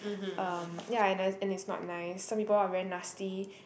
um ya and and it's not nice some people are very nasty